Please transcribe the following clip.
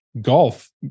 golf